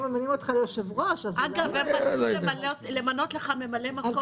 אגב, היינו צריכים למנות לך ממלא-מקום.